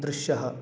दृश्यः